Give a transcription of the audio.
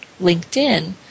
LinkedIn